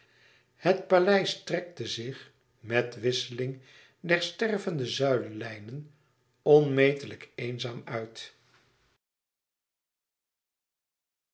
het paleis strekte zich met wisseling der strevende zuilenlijnen onmetelijk eenzaam uit